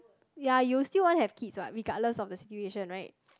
ya you'll still won't have kids what regardless of the situation right